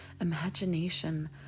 Imagination